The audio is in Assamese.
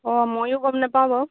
অঁ ময়ো গম নাপাওঁ বাৰু